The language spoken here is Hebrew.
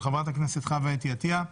של חברת הכנסת חוה אתי עטייה.